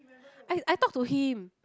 I I talk to him